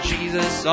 Jesus